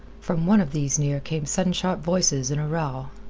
from one of these near came sudden sharp voices in a row.